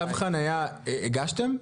צו חנייה, הגשתם?